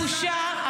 מלביצקי, לא יעזור לך.